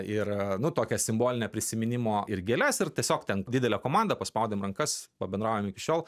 ir nu tokią simbolinę prisiminimo ir gėles ir tiesiog ten didelė komanda paspaudėm rankas pabendraujam iki šiol